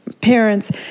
parents